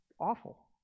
awful